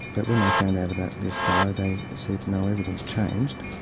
but when they found out about this fellow, they said no, evident's changed.